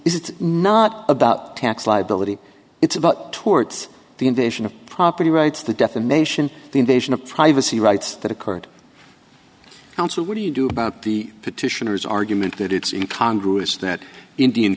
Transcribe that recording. is it's not about tax liability it's about towards the invasion of property rights the defamation the invasion of privacy rights that occurred council what do you do about the petitioner's argument that it's in congress that indian